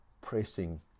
pressing